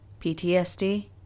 PTSD